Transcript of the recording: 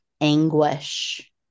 anguish